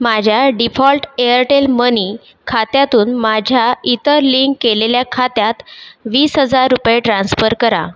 माझ्या default Airtel money खात्यातून माझ्या इतर लिंक केलेल्या खात्यात वीस हजार रुपये ट्रान्स्फर करा